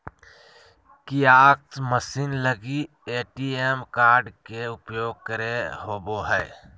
kiosk machine लगी ATM card के उपयोग करे होबो हइ